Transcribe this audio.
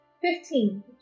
Fifteen